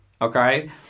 Okay